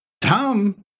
Tom